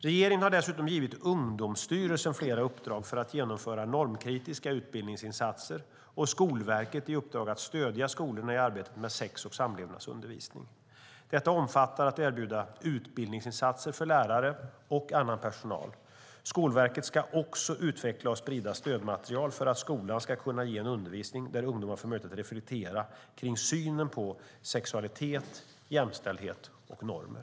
Regeringen har givit Ungdomsstyrelsen flera uppdrag att genomföra normkritiska utbildningsinsatser och Skolverket i uppdrag att stödja skolorna i arbetet med sex och samlevnadsundervisning. Detta omfattar att erbjuda utbildningsinsatser för lärare och annan personal. Skolverket ska också utveckla och sprida stödmaterial för att skolan ska kunna ge en undervisning där ungdomar får möjlighet att reflektera kring synen på sexualitet, jämställdhet och normer.